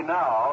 now